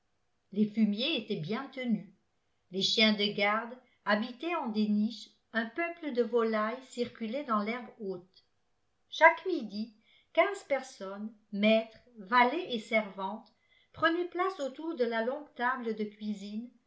les fumiers étaient bien tenus les chiens de garde habitaient en des niches un peuple de volailles circulait dans l'herbe haute chaque midi quinze personnes maîtres valets et servantes prenaient place autour de la longue table de cuisme